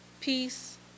peace